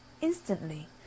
Instantly